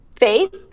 Faith